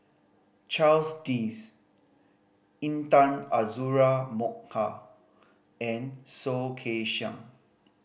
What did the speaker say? Charles Dyce Intan Azura Mokhtar and Soh Kay Siang